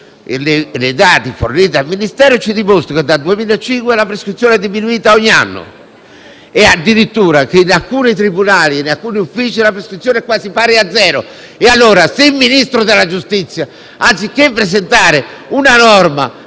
i dati forniti dal Ministero dimostrano che la prescrizione è diminuita ogni anno. Addirittura in alcuni tribunali e in alcuni uffici la prescrizione è quasi pari a zero. Se allora il Ministro della giustizia, anziché presentare una norma